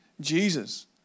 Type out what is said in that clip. Jesus